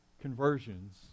conversions